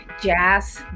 jazz